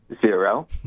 zero